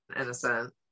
innocent